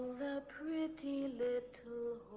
the pretty little